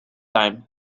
time